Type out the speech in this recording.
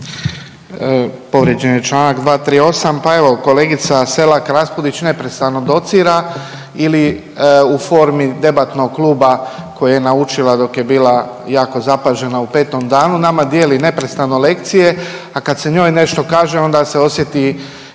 Povrijeđen je članak 238. Pa evo kolegica Selak Raspudić neprestano docira ili u formi debatnog kluba koji je naučila dok je bila jako zapažena u Petom danu nama dijeli neprestano lekcije, a kad se njoj nešto kaže onda se osjeti